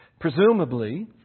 Presumably